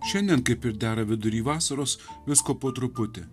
šiandien kaip ir dera vidury vasaros visko po truputį